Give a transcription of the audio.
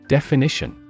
Definition